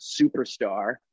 superstar